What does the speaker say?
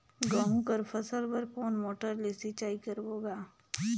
गहूं कर फसल बर कोन मोटर ले सिंचाई करबो गा?